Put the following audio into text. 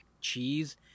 cheese